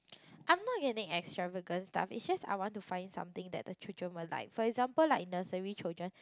I'm not getting extravagant stuff is just I want to find something that the children will like for example like nursery children